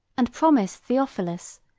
and promised theophilus,